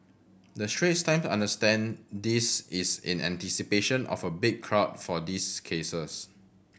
the Straits Times understand this is in anticipation of a big crowd for these cases